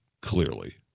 clearly